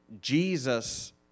Jesus